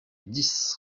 dix